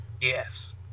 Yes